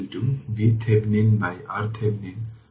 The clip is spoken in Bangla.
যদি আপনি এটিকে এভাবে ইন্টিগ্রেট করেন তাহলে 1L সাধারণভাবে এটি v dt